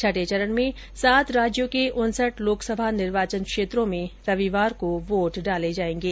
छठे चरण में सात राज्यों के उनसठ लोकसभा निर्वाचन क्षेत्रों में रविवार को वोट डाले जाएंगे